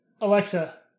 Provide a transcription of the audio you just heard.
Alexa